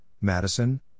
Madison